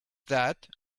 that